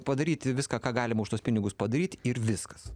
padaryti viską ką galima už tuos pinigus padaryti ir viskas